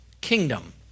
kingdom